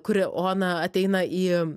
kur ona ateina į